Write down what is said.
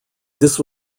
this